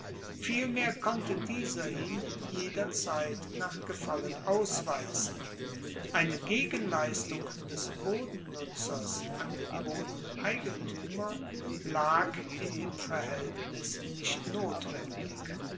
vielmehr konnte dieser ihn jederzeit nach gefallen ausweisen eine gegenleistung des bodennutzers an den bodeneigentuemer lag in dem verhaeltnis nicht notwendig